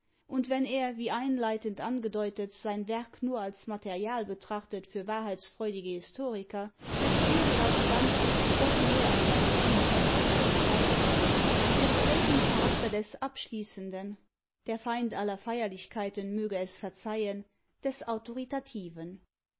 und wenn er wie einleitend angedeutet sein werk nur als material betrachtet für wahrheitsfreudige historiker es bildet als ganzes doch mehr als eine summe wortgewordener eindrücke es trägt den charakter des abschließenden der feind aller feierlichkeiten möge es verzeihen des